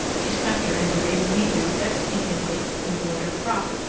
she stuffed her into baby niece's best pink-and-white embroidered frock,